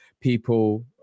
people